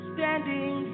Standing